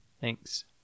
Thanks